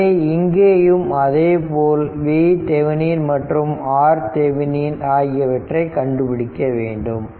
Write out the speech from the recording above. எனவே இங்கேயும் அதேபோல் VThevenin மற்றும் RThevenin ஆகியவற்றை தான் கண்டுபிடிக்க வேண்டும்